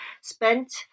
spent